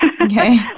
Okay